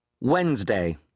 Wednesday